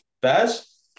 Baz